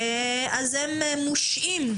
אז הם מושעים,